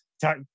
talk